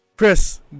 Chris